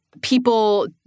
People